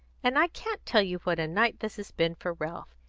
and i can't tell you what a night this has been for ralph.